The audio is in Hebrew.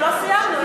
ולא סיימנו,